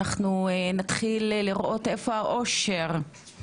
אנחנו נתחיל לראות איפה האושר,